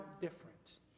different